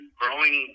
growing